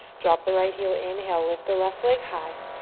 drop the right heel, inhale. lift the left leg high.